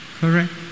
Correct